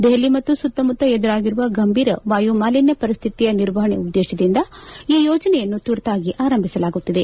ದೆಹಲಿ ಮತ್ತು ಸುತ್ತಮುತ್ತ ಎದುರಾಗಿರುವ ಗಂಭೀರ ವಾಯುಮಾಲಿನ್ನ ಪರಿಸ್ಟಿತಿಯ ನಿರ್ವಹಣೆ ಉದ್ದೇಶದಿಂದ ಈ ಯೋಜನೆಯನ್ನು ತುರ್ತಾಗಿ ಆರಂಭಿಸಲಾಗುತ್ತಿದೆ